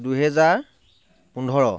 দুহেজাৰ পোন্ধৰ